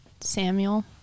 Samuel